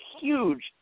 huge